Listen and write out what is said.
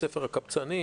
'ספר הקבצנים',